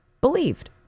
believed